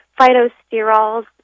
phytosterols